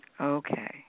Okay